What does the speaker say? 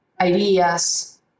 ideas